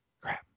Crap